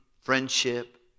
friendship